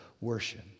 Worship